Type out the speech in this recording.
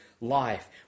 life